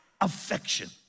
affection